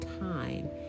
time